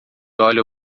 óleo